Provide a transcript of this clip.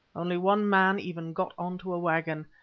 only one man even got on to a waggon,